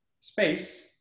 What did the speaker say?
space